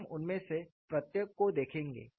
हम उनमें से प्रत्येक को देखेंगे